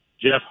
Jeff